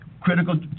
Critical